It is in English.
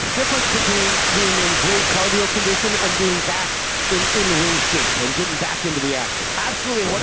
difference between being in great cardio condition and being back in in ring shape and getting back into the action. absolutely,